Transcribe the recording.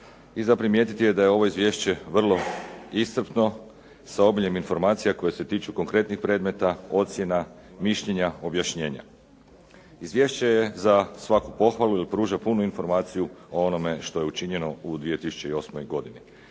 i za primijetiti je da je ovo izvješće vrlo iscrpno sa obiljem informacija koje se tiču konkretnih predmeta, ocjena, mišljenja, objašnjenja. Izvješće je za svaku pohvalu jer pruža punu informaciju o onome što je učinjeno u 2008. godini.